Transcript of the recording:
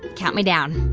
count me down